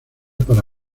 para